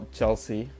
Chelsea